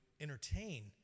entertain